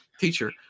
teacher